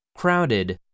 crowded